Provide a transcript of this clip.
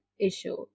issue